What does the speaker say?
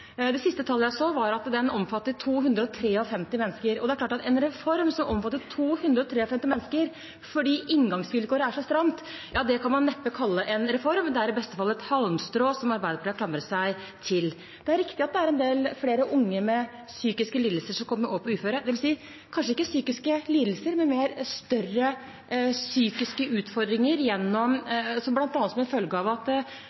Det siste tallet jeg så, var at den omfattet 253 mennesker, og det er klart at en reform som omfatter 253 mennesker – fordi inngangsvilkåret er så stramt – kan man neppe kalle en reform. Det er i beste fall et halmstrå som Arbeiderpartiet har klamret seg til. Det er riktig at det er en del flere unge med psykiske lidelser som kommer over på uføretrygd – kanskje ikke psykiske lidelser, men mer større psykiske utfordringer – bl.a. som følge av at